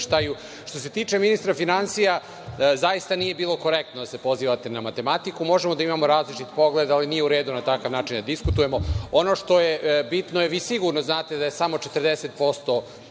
se tiče ministra finansija, zaista nije bilo korektno da se pozivate na matematiku. Možemo da imamo različite poglede, ali nije u redu na takav način da diskutujemo. Ono što je bitno, vi sigurno znate da je samo 40%